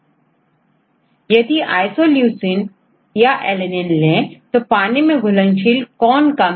Isoleucine because it has more CH3 group it is more insoluble than alanine So which यदि isoleucine या alanine ले तो पानी में घुलनशील कौन कम है